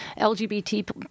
LGBT